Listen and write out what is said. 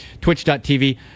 twitch.tv